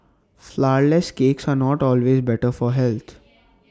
Flourless Cakes are not always better for health